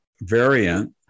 variant